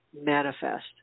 manifest